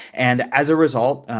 and as a result,